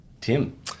Tim